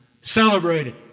Celebrated